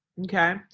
Okay